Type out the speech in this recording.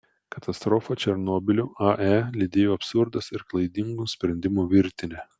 katastrofą černobylio ae lydėjo absurdas ir klaidingų sprendimų virtinė